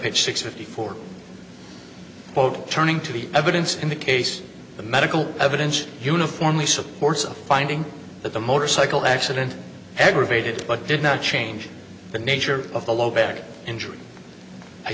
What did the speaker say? page six fifty four turning to the evidence in the case the medical evidence uniformly supports a finding that the motorcycle accident aggravated but did not change the nature of the low back injury i